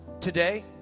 today